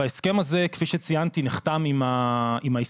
ההסכם הזה כפי שציינתי נחתם עם ההסתדרות,